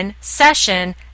session